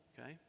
okay